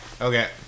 okay